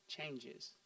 changes